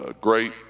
great